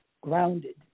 grounded